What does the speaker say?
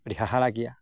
ᱟᱹᱰᱤ ᱦᱟᱦᱟᱲᱟᱜ ᱜᱮᱭᱟ